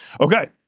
Okay